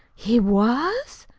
he was?